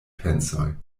pensoj